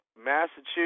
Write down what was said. Massachusetts